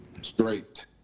Straight